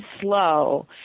slow